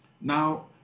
Now